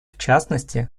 частности